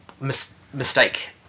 mistake